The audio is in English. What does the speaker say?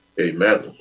amen